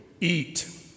eat